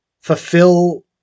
fulfill